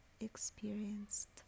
experienced